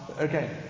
okay